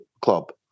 club